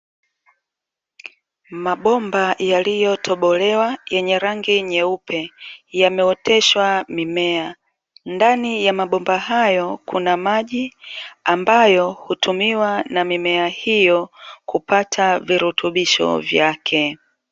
Mabomba yaliyotobolewa yenye rangi nyeupe yameoteshwa mimea, ndani ya mabomba hayo kuna maji ambayo hutumiwa na mimea hiyo kupata virutubisho vyake.